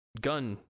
gun